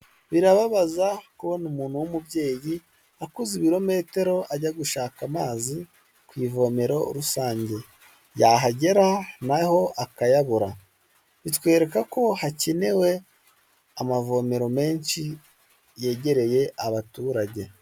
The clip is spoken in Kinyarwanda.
Birababaza kubona umuntu w'umubyeyi akoze ibirometero ajya gushaka amazi ku ivomero rusange. Yahagera naho akayabura, bitwereka ko hakenewe amavomero menshi yegereye abaturage.